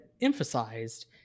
emphasized